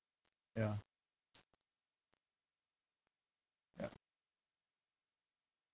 ya ya